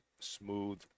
smooth